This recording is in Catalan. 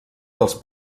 dels